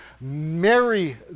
marry